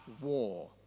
war